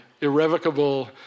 irrevocable